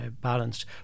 balanced